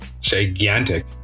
gigantic